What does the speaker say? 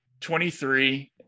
23